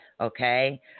Okay